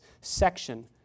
section